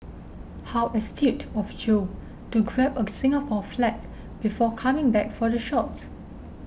how astute of Joe to grab a Singapore flag before coming back for the shots